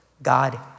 God